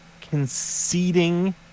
conceding